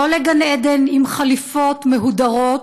לא לגן-עדן עם חליפות מהודרות,